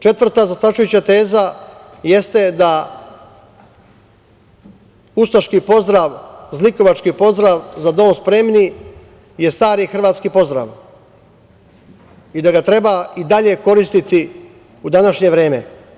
Četvrta zastrašujuća teza jeste da ustaški pozdrav, zlikovački pozdrav „za dom spremni“ je stari hrvatski pozdrav i da ga treba i dalje koristiti u današnje vreme.